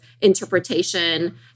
interpretation